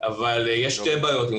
אבל יש עם זה שתי בעיות.